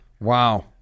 Wow